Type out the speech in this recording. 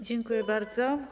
Dziękuję bardzo.